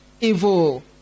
evil